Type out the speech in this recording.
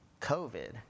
COVID